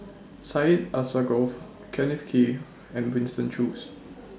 Syed Alsagoff Kenneth Kee and Winston Choos